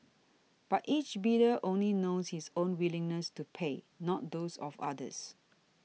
but each bidder only knows his own willingness to pay not those of others